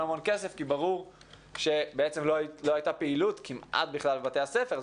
המון כסף כי ברור שבעצם לא הייתה פעילות כמעט בכלל בבתי הספר,